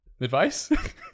advice